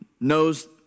knows